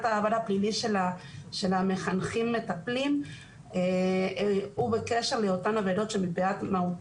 העבירה הפלילית של המחנכים/מטפלים הוא בקשר לאותן עבירות שמהותן,